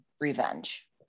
revenge